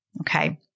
Okay